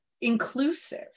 inclusive